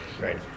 right